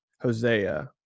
hosea